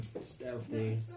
Stealthy